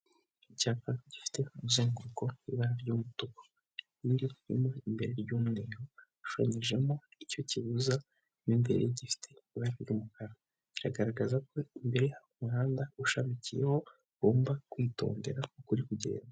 Icyapa gifite umuzenguruko w’ibara ry’umutuku; imbere yacyo harimo ibara ry’umweru, hashushanyijwemo ikimenyetso kibuza imodoka. Gifite ishusho y’umukarago kigaragaza ko imbere hari umuhanda ushamikiyeho, ugomba kwitondera kugenda neza.